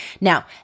Now